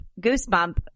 goosebump